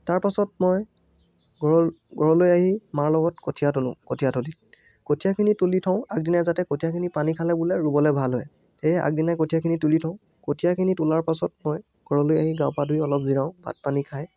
তাৰ পাছত মই ঘৰলৈ আহি মাৰ লগত কঠীয়া তোলোঁ কঠীয়াতলীত কঠীয়াখিনি তুলি থওঁ আগদিনা যাতে কঠীয়াখিনি পানী খালে বোলে ৰুৱলৈ ভাল হয় সেয়ে আগদিনা কঠীয়াখিনি তুলি থওঁ কঠীয়াখিনি তোলাৰ পাছত মই ঘৰলৈ আহি গা পা ধুই অলপ জিৰাওঁ ভাত পানী খাই